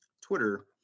Twitter